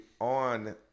on